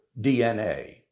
DNA